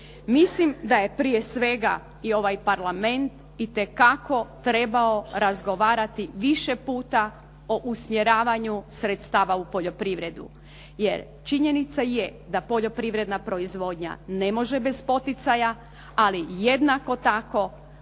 Mislim da je prije svega i ovaj Parlament itekako trebao razgovarati više puta o usmjeravanju sredstava u poljoprivredu. Jer činjenica je da poljoprivredna proizvodnja ne može bez poticaja, ali jednako tako